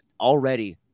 already